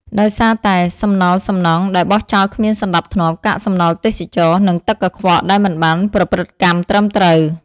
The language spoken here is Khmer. ដោយសារតែ សំណល់សំណង់ ដែលបោះចោលគ្មានសណ្ដាប់ធ្នាប់ កាកសំណល់ទេសចរណ៍ និង ទឹកកខ្វក់ ដែលមិនបានប្រព្រឹត្តកម្មត្រឹមត្រូវ។